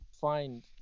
find